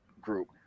group